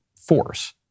force